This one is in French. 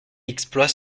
exploits